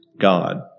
God